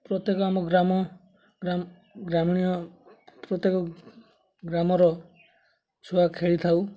ପ୍ରତ୍ୟେକ ଆମ ଗ୍ରାମ ଗ୍ରାମୀଣ ପ୍ରତ୍ୟେକ ଗ୍ରାମର ଛୁଆ ଖେଳିଥାଉ